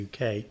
UK